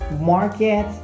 market